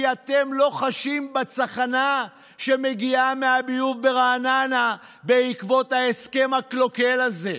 כי אתם לא חשים בצחנה שמגיע מהביוב ברעננה בעקבות ההסכם הקלוקל הזה.